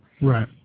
Right